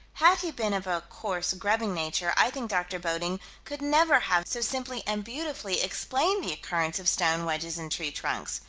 had he been of a coarse, grubbing nature, i think dr. bodding could never have so simply and beautifully explained the occurrence of stone wedges in tree trunks.